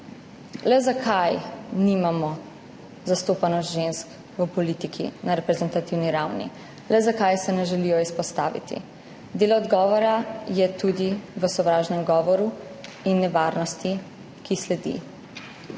Le zakaj nimamo zastopanosti žensk v politiki na reprezentativni ravni? Le zakaj se ne želijo izpostaviti? Del odgovora je tudi v sovražnem govoru in nevarnosti, ki sledi.